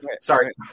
sorry